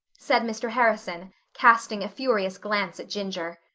said mr. harrison casting a furious glance at ginger.